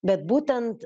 bet būtent